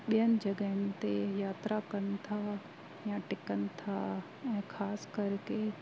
ॿियनि जॻहनि ते यात्रा कनि था या टिकनि था ऐं ख़ासि कर के